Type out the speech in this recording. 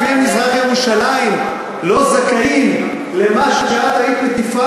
ערביי מזרח-ירושלים לא זכאים למה שאת מטיפה